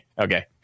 Okay